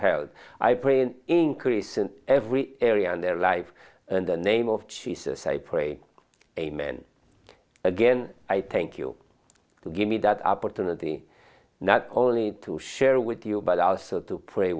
hair i pray an increase in every area in their life and the name of jesus i pray amen again i thank you to give me that opportunity not only to share with you but also to pray